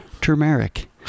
Turmeric